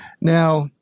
Now